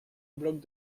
bloc